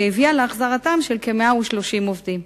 והביאה להחזרתם של כ-130 עובדים.